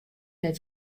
net